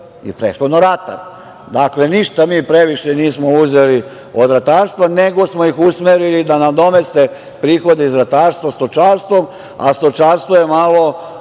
je prethodno ratar. Dakle, ništa mi previše nismo uzeli od ratarstva, nego smo ih usmerili da nadomeste prihode iz ratarstva stočarstvom, a stočarstvo je malo